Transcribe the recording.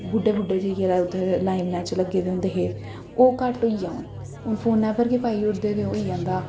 बुड्ढे बुड्ढे जाइयै ते उत्थै लाइनें च लग्गे दे होंदे हे ओह् घट्ट होई गेआ हून हून फोनै पर गै पाई ओड़दे ते होई जंदा